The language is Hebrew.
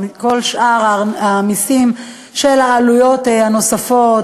וכל שאר המסים של העלויות הנוספות,